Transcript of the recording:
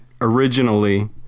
originally